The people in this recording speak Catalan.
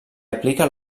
aplica